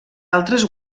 altres